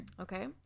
Okay